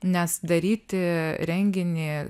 nes daryti renginį